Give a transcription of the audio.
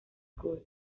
school